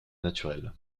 naturelle